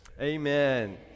Amen